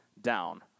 Down